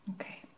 Okay